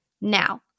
Now